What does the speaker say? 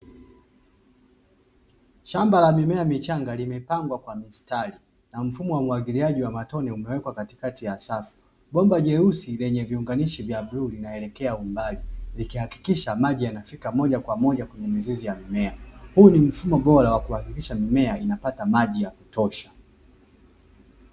Shamba la mimea michanga limepangwa kwa mistari, na mfumo wa mwagiliaji wa matone umewekwa katikati ya safu. Bomba jeusi lenye viunganishi vya bluu linaelekea umbali, likihakikisha maji yanafika moja kwa moja kwenye mizizi ya mimea. Huu ni mfumo bora wa kuhakikisha mimea inapata maji ya kutosha.